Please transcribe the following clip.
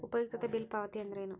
ಉಪಯುಕ್ತತೆ ಬಿಲ್ ಪಾವತಿ ಅಂದ್ರೇನು?